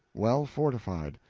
well fortified,